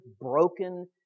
broken